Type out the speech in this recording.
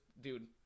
dude